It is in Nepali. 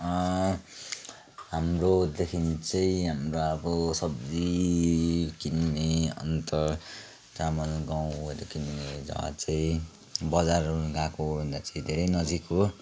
हाम्रोदेखि चाहिँ हाम्रो अब सब्जी किन्ने अन्त चामल गहुँहरू किन्ने जग्गा चाहिँ बजार गएको भन्दा चाहिँ धेरै नजिक हो